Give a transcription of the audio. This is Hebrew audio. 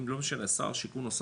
שר השיכון,